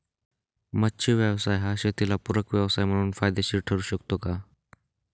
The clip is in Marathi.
मच्छी व्यवसाय हा शेताला पूरक व्यवसाय म्हणून फायदेशीर ठरु शकतो का?